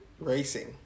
racing